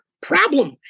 problem